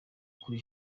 kuri